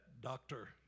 doctor